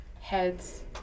heads